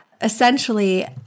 essentially